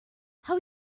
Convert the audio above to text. how